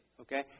okay